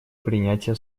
принятия